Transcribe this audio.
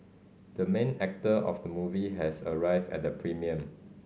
the main actor of the movie has arrived at the premiere